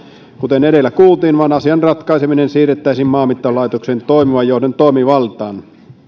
kuten edellä kuultiin vaan asian ratkaiseminen siirrettäisiin maanmittauslaitoksen toimivan johdon toimivaltaan